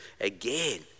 Again